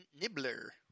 Nibbler